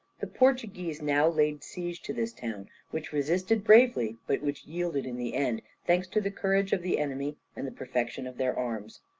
the portuguese now laid siege to this town, which resisted bravely but which yielded in the end, thanks to the courage of the enemy and the perfection of their arms.